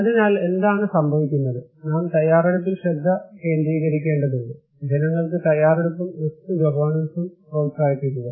അതിനാൽ എന്താണ് സംഭവിക്കുന്നത് നാം തയ്യാറെടുപ്പിൽ ശ്രദ്ധ കേന്ദ്രീകരിക്കേണ്ടതുണ്ട് ജനങ്ങൾക്ക് തയ്യാറെടുപ്പും റിസ്ക് ഗവേണൻസും പ്രോത്സാഹിപ്പിക്കുക